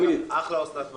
דרך אגב, אחלה אוסנת מארק.